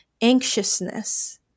anxiousness